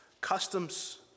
customs